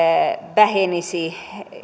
vähenisi